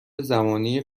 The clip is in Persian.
زمانی